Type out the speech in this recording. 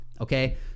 okay